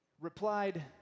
replied